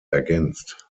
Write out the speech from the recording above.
ergänzt